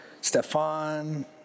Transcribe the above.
Stefan